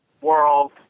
world